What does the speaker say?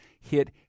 hit